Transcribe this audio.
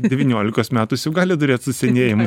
devyniolikos metų jis jau gali durėt su senėjimu